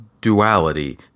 duality